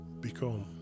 become